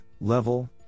level